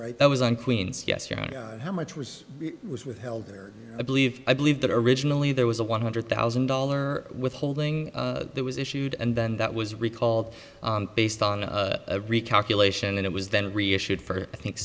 right that was in queens yes your honor how much was was withheld there i believe i believe that originally there was a one hundred thousand dollar withholding that was issued and then that was recalled based on a recalculation and it was then reissued for i think